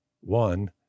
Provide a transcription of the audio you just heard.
One